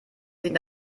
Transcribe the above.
nicht